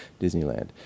Disneyland